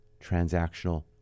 transactional